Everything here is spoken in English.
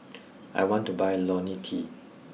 I want to buy Lonil T